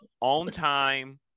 on-time